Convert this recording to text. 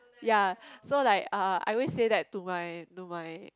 ya so like uh I always that to my to my